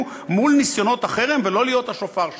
מול ניסיונות החרם ולא להיות השופר שלהם.